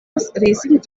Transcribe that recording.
racing